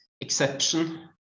exception